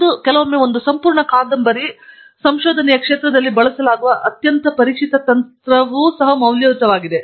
ಮತ್ತು ಕೆಲವೊಮ್ಮೆ ಒಂದು ಸಂಪೂರ್ಣ ಕಾದಂಬರಿ ಸಂಶೋಧನೆಯ ಕ್ಷೇತ್ರದಲ್ಲಿ ಬಳಸಲಾಗುವ ಅತ್ಯಂತ ಪರಿಚಿತ ತಂತ್ರವೂ ಸಹ ಮೌಲ್ಯಯುತವಾಗಿದೆ